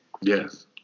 Yes